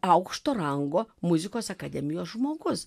aukšto rango muzikos akademijos žmogus